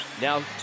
now